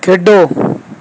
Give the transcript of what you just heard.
ਖੇਡੋ